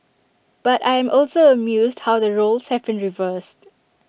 but I am also amused how the roles have been reversed